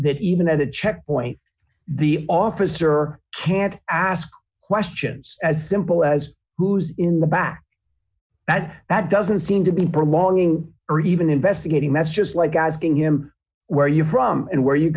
that even at a checkpoint the officer can't ask questions as simple as who's in the back that that doesn't seem to be prolonged or even investigating that's just like asking him where you're from and where